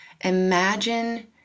Imagine